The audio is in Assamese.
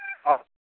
অঁ